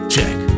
Check